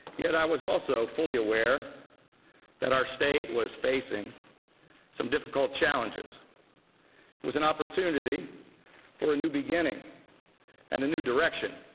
yet i was also fully aware that our state was facing some difficult challenges. it was an opportunity for a new beginning and a new direction.